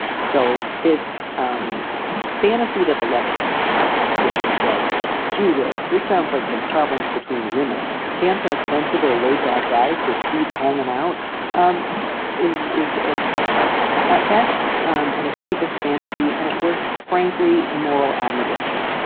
so this um fantasy that the letter writer has, which is like gee-whiz. this sounds like some problems between women. kantor's sensible laid-back guys just keep hanging out um is is ah at best um and escapist fantasy and at worst frankly moral abnegation.